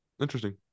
Interesting